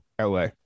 LA